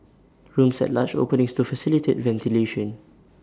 rooms had large openings to facilitate ventilation